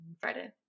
Friday